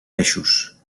peixos